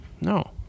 No